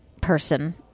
person